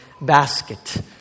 basket